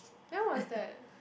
when was that